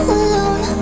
alone